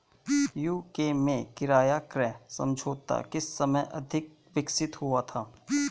UK में किराया क्रय समझौता किस समय अधिक विकसित हुआ था?